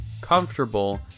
comfortable